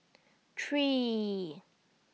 three